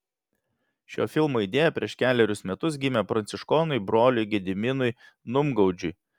šio filmo idėja prieš kelerius metus gimė pranciškonui broliui gediminui numgaudžiui